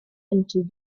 into